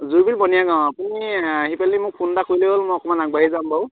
জুইবিল বনীয়া গাঁও অঁ আপুনি আহিপেনি মোক ফোন এটা কৰিলে হ'ল মই অকণমান আগবাঢ়ি যাম বাৰু